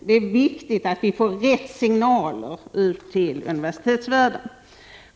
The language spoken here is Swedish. Det är viktigt att rätt signaler kommer ut till universitetsvärlden.